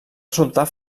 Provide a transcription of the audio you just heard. resultar